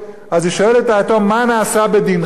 והיא שואלת את היתום: מה נעשה בדינך?